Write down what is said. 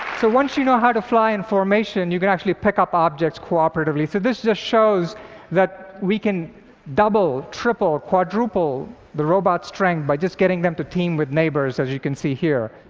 once you know how to fly in formation, you can actually pick up objects cooperatively. so this just shows that we can double, triple, quadruple the robots' strength, by just getting them to team with neighbors, as you can see here.